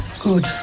Good